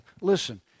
listen